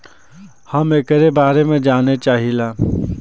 हम एकरे बारे मे जाने चाहीला?